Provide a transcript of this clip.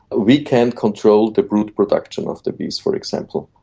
we can control the brood production of the bees for example,